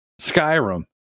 Skyrim